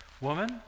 woman